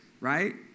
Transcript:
right